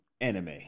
anime